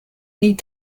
need